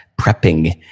prepping